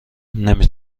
نمی